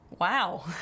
Wow